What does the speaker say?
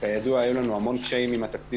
כיודע היו לנו המון קשים עם התקציב